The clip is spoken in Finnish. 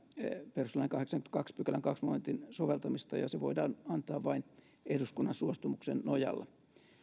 perustuslain kahdeksannenkymmenennentoisen pykälän toisen momentin soveltamista ja se voidaan antaa vain eduskunnan suostumuksen nojalla